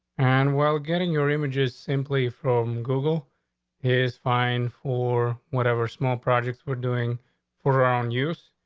and while getting your images simply from google is fine for whatever small projects were doing for around use.